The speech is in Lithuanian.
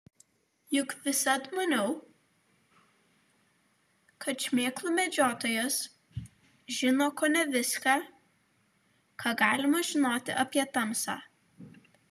juk visad maniau kad šmėklų medžiotojas žino kone viską ką galima žinoti apie tamsą